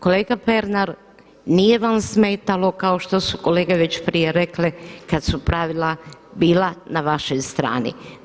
Kolega Pernar, nije vam smetalo kao što su kolege već prije rekle, kad su pravila na vašoj stvari.